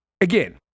again